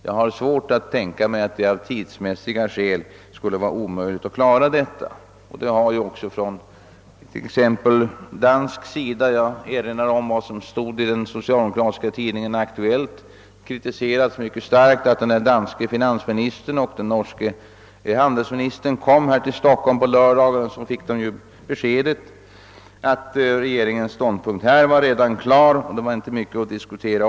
Jag har svårt att tänka mig att detta av tidsmässiga skäl skulle vara omöjligt att klara. Från t.ex. dansk sida — jag erinrar om vad som stått i den socialdemokratiska tidningen Aktuelt — kritiserades mycket starkt att den danske finansministern och norske handelsministern när de kom till Stockholm på lördagen fick beskedet att regeringens ståndpunkt redan var klar och att det inte fanns mycket att diskutera.